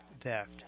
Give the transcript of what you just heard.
theft